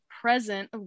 present